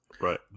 right